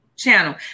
Channel